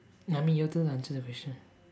I mean your turn to answer the question